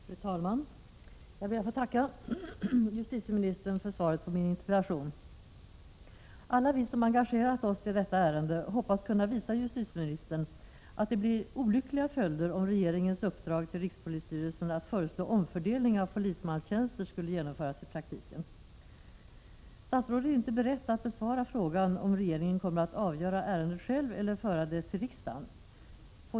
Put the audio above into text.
Fru talman! Jag ber att få tacka justitieministern för svaret på min interpellation. Alla vi som engagerat oss i detta ärende hoppas kunna visa justitieministern att det blir olyckliga följder om regeringens uppdrag till rikspolisstyrelsen att föreslå omfördelning av polismanstjänster skulle genomföras i praktiken. Statsrådet är inte beredd att besvara frågan om regeringen kommer att avgöra ärendet själv eller föra det till riksdagen.